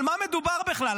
על מה מדובר בכלל?